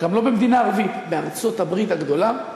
גם לא במדינה ערבית, אלא בארצות-הברית הגדולה,